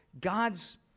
God's